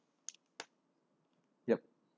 yup